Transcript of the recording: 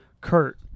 Kurt